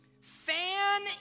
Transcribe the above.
fan